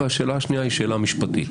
והשאלה השנייה היא שאלה משפטית.